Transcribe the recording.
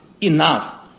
enough